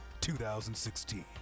2016